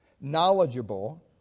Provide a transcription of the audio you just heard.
knowledgeable